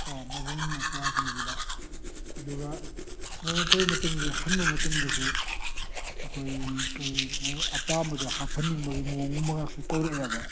ꯀꯣ ꯃꯕꯨꯡ ꯃꯧꯄ꯭ꯋꯥꯁꯤꯡꯁꯤꯗ ꯑꯗꯨꯒ ꯃꯣꯏꯅ ꯀꯔꯤꯒꯨꯝꯕ ꯃꯇꯝꯗꯗꯤ ꯍꯟꯕ ꯃꯇꯝꯗꯁꯨ ꯑꯩꯈꯣꯏꯒꯤ ꯀꯩ ꯃꯣꯏ ꯑꯄꯥꯝꯕꯗꯣ ꯍꯥꯞꯐꯟꯅꯤꯡꯕꯒꯤ ꯃꯑꯣꯡ ꯑꯃꯀꯁꯨ ꯇꯧꯔꯛꯑꯦꯕ